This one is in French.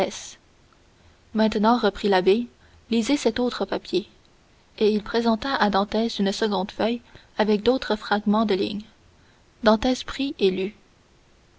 maintenant reprit l'abbé lisez cet autre papier et il présenta à dantès une seconde feuille avec d'autres fragments de lignes dantès